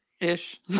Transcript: ish